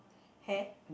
hair